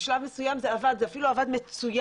בשלב מסוים זה עבד וזה אפילו עבד מצוין